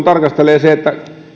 tarkastelee että